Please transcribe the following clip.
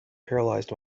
paralysed